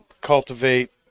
cultivate